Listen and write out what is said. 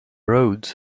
roads